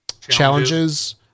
challenges